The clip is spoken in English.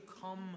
come